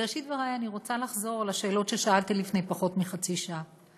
בראשית דברי אני רוצה לחזור לשאלות ששאלתי לפני פחות מחצי שעה: